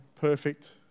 perfect